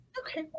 Okay